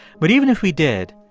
but even if we did,